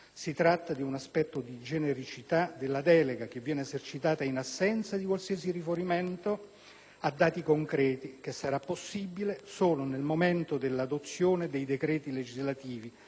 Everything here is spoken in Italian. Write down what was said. Si tratta di un aspetto di genericità della delega, che viene esercitata in assenza di qualsiasi riferimento a dati concreti, che sarà possibile solo nel momento dell'adozione dei decreti legislativi;